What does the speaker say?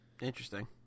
Interesting